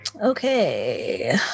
Okay